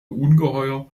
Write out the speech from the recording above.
ungeheuer